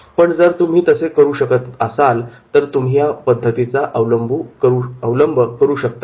पण जर तुम्ही तसे करू शकत असाल तर तुम्ही या पद्धतीचा अवलंब करू शकता